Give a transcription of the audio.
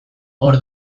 hor